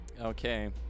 Okay